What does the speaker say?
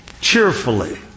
cheerfully